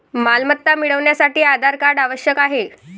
मालमत्ता मिळवण्यासाठी आधार कार्ड आवश्यक आहे